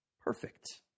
perfect